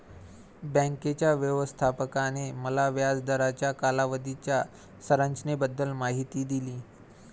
बँकेच्या व्यवस्थापकाने मला व्याज दराच्या कालावधीच्या संरचनेबद्दल माहिती दिली